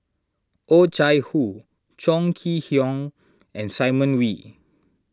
Oh Chai Hoo Chong Kee Hiong and Simon Wee